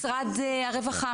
עכשיו, לגבי משרד הרווחה